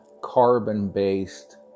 carbon-based